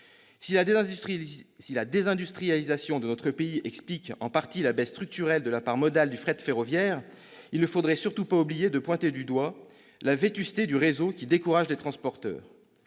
Si la désindustrialisation de notre pays explique en partie la baisse structurelle de la part modale du fret ferroviaire, il ne faudrait surtout pas oublier de pointer du doigt la vétusté du réseau, qui décourage les transporteurs.